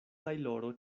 tajloro